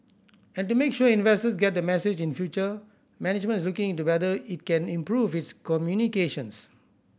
and to make sure investors get the message in future management is looking into whether it can improve its communications